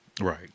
Right